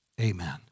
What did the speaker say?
amen